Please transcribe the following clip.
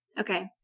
Okay